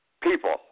people